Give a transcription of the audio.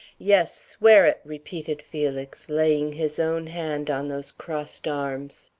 yes, swear it! repeated felix, laying his own hand on those crossed arms.